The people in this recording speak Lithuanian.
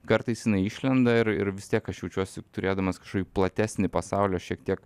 kartais jinai išlenda ir ir vis tiek aš jaučiuosi turėdamas kažkokį platesnį pasaulio šiek tiek